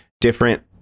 different